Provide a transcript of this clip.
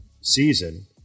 season